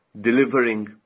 delivering